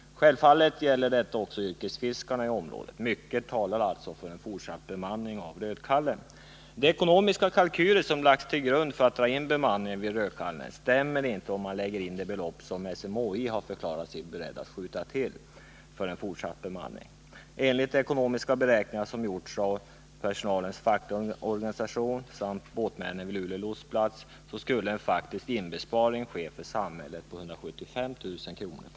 Självfallet är bemanningen också av vikt för yrkesfiskarna i området. Mycket talar alltså för en fortsatt bemanning av Rödkallen. De ekonomiska kalkyler som lagts till grund för indragningen av bemanningen vid Rödkallen stämmer inte, om man lägger in de belopp som SMHI har förklarat sig berett att skjuta till för ett fortsättande av bemanningen. Enligt de ekonomiska beräkningar som gjorts av personalens fackliga organisation och båtsmännen vid Luleå lotsplats skulle det faktiskt bli fråga om en inbesparing för samhället på 175 000 kr.